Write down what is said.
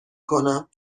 کنم